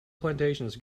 plantations